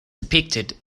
depicted